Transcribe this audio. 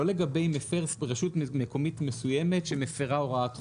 לא לגבי רשות מקומית מסוימת שמפרה הוראת חוק,